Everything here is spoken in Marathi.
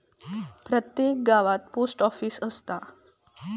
प्रत्येक गावात पोस्ट ऑफीस असता